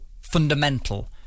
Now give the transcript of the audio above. fundamental